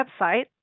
website